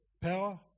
power